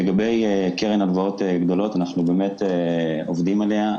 לגבי קרן הלוואות גדולות אנחנו באמת עובדים עליה.